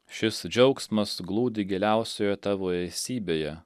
šis džiaugsmas glūdi giliausioje tavo esybėje